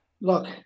Look